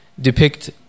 depict